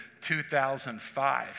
2005